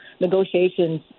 negotiations